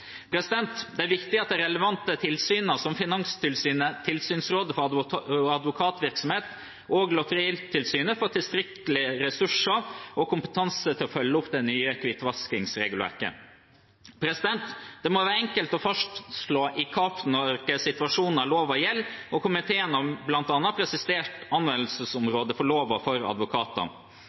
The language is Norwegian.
Det er viktig at de relevante tilsynene som Finanstilsynet, Tilsynsrådet for advokatvirksomhet og Lotteritilsynet får tilstrekkelig med ressurser og kompetanse til å følge opp det nye hvitvaskingsregelverket. Det må være enkelt å fastslå i hvilke situasjoner loven gjelder. Komiteen har bl.a. presisert anvendelsesområdet for loven for advokater.